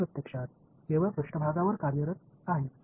हे प्रत्यक्षात केवळ पृष्ठभागावर कार्यरत आहे